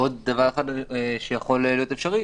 עוד דבר אחד שיכול להיות אפשרי.